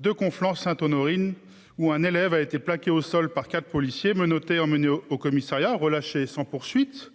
De Conflans Conflans-Sainte-Honorine où un élève a été plaqué au sol par 4 policiers, menotté, emmené au commissariat relâché sans poursuites